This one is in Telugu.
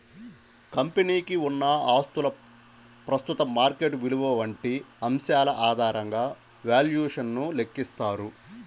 కంపెనీకి ఉన్న ఆస్తుల ప్రస్తుత మార్కెట్ విలువ వంటి అంశాల ఆధారంగా వాల్యుయేషన్ ను లెక్కిస్తారు